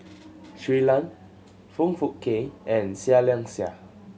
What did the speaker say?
Shui Lan Foong Fook Kay and Seah Liang Seah